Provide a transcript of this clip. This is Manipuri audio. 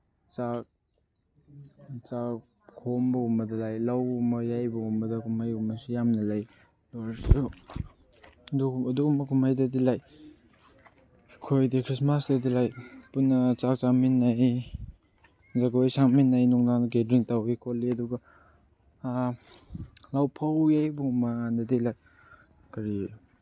ꯆꯥꯛ ꯆꯥꯛ ꯈꯣꯝꯕꯒꯨꯝꯕꯗ ꯂꯥꯏꯛ ꯂꯧꯒꯨꯝꯕ ꯌꯩꯕꯒꯨꯝꯕꯗ ꯀꯨꯝꯍꯩꯒꯨꯝꯕꯁꯨ ꯌꯥꯝꯅ ꯂꯩ ꯑꯗꯨ ꯑꯣꯏꯔꯁꯨ ꯑꯗꯨꯒꯨꯝꯕ ꯀꯨꯝꯍꯩꯗꯗꯤ ꯂꯥꯏꯛ ꯑꯩꯈꯣꯏꯗꯤ ꯈ꯭ꯔꯤꯁꯃꯥꯁꯇꯗꯤ ꯂꯥꯏꯛ ꯄꯨꯟꯅ ꯆꯥꯛ ꯆꯥꯃꯤꯟꯅꯩ ꯖꯒꯣꯏ ꯁꯥꯃꯤꯟꯅꯩ ꯅꯨꯡꯗꯥꯡꯗ ꯀꯦꯗ꯭ꯔꯤꯡ ꯇꯧꯏ ꯈꯣꯠꯂꯤ ꯑꯗꯨꯒ ꯐꯧ ꯌꯩꯕꯒꯨꯝꯕꯀꯥꯟꯗꯗꯤ ꯂꯥꯏꯛ ꯀꯔꯤ